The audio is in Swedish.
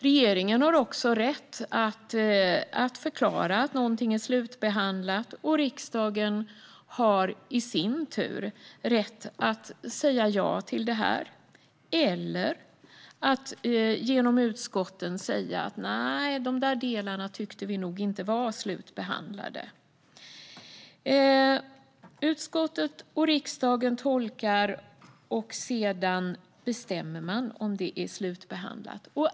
Regeringen har också rätt att förklara att någonting är slutbehandlat, och riksdagen har i sin tur rätt att säga ja till det eller att genom utskotten säga: Nej, de delarna tyckte vi nog inte var slutbehandlade. Utskottet och riksdagen tolkar, och sedan bestämmer man om det är slutbehandlat.